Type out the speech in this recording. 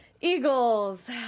Eagles